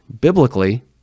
Biblically